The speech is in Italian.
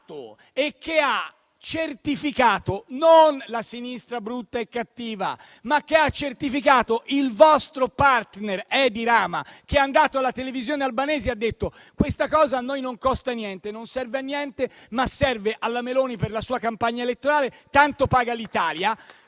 e che ha certificato non la sinistra brutta e cattiva, ma il vostro *partner* Edi Rama, che è andato alla televisione albanese e ha detto che questa cosa a loro non costa niente, non serve a niente, ma serve alla Meloni per la sua campagna elettorale, tanto paga l'Italia.